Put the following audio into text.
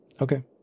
Okay